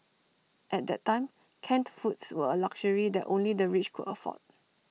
at that time canned foods were A luxury that only the rich could afford